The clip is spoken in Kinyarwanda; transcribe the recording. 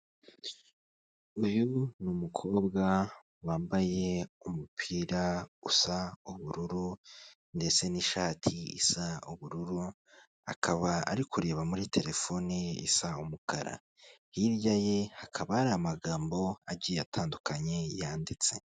Uyu nikobwa wambaye umupira usa ubururu ndetse n'ishati isa ubururu, akaba ari kureba muri telefone ye isa umukara, hirya ye hakaba hari amagambo agiye atandukanye yanditse.